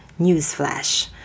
newsflash